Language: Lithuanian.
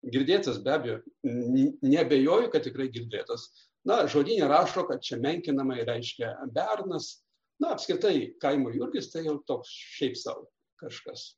girdėtas be abejo n neabejoju kad tikrai girdėtas na žodyne rašo kad čia menkinamai reiškia bernas na apskritai kaimo jurgis tai jau toks šiaip sau kažkas